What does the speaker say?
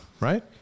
right